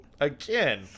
again